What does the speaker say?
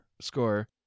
score